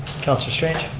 councilor strange.